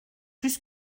plus